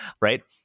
right